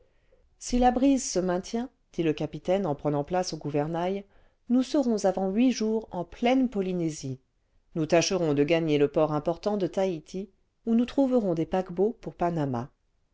si la brise se maintient dit le capitaine en prenant place au gouvernail nous serons avant huit jours en pleine polynésie nous tâcherons naturels oceaniens de gagner le port important de taïti où nous trouverons des paquebots pour panama